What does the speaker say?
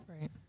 Right